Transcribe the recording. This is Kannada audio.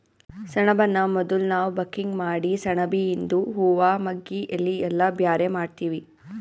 ಸೆಣಬನ್ನ ಮೊದುಲ್ ನಾವ್ ಬಕಿಂಗ್ ಮಾಡಿ ಸೆಣಬಿಯಿಂದು ಹೂವಾ ಮಗ್ಗಿ ಎಲಿ ಎಲ್ಲಾ ಬ್ಯಾರೆ ಮಾಡ್ತೀವಿ